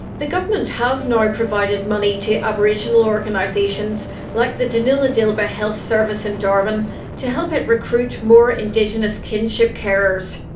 the government has now provided money to aboriginal organisations like the danila dilba health service in darwin to help it recruit more indigenous kinship carers.